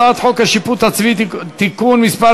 הצעת חוק השיפוט הצבאי (תיקון מס'